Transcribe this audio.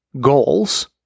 goals